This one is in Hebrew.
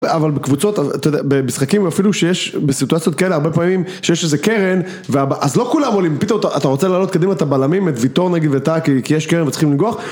אבל בקבוצות, אתה יודע, במשחקים אפילו שיש, בסיטואציות כאלה, הרבה פעמים שיש איזה קרן, ו.. אז לא כולם עולים, פתאום אתה אתה רוצה לעלות קדימה, את הבלמים את ויטוריו נגיד ואת אקי, כי יש קרן וצריכים לנגוח.